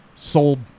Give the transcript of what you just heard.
sold